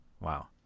Wow